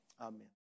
amen